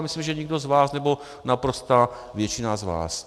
A myslím, že nikdo z vás, nebo naprostá většina z vás.